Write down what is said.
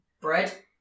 Bread